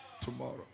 tomorrow